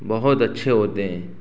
بہت اچھے ہوتے ہیں